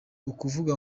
ukuvuga